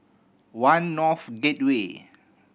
One North Gateway